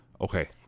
Okay